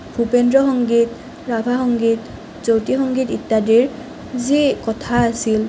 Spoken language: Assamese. ভূপেন্দ্ৰ সংগীত ৰাভা সংগীত জ্যোতি সংগীত ইত্যাদিৰ যি কথা আছিল